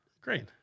Great